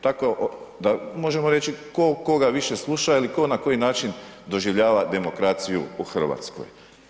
Tako da možemo reći ko ga više sluša ili ko na koji način doživljava demokraciju u Hrvatskoj.